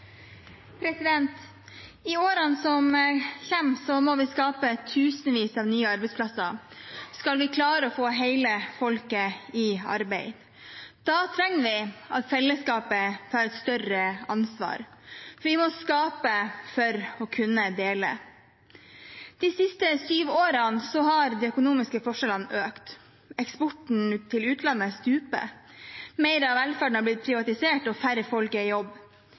I årene som kommer, må vi skape tusenvis av nye arbeidsplasser skal vi klare å få hele folket i arbeid. Da trenger vi at fellesskapet tar et større ansvar. Vi må skape for å kunne dele. De siste sju årene har de økonomiske forskjellene økt. Eksporten til utlandet stuper. Mer av velferden har blitt privatisert, og færre folk er i jobb.